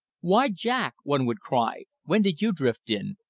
why, jack! one would cry, when did you drift in?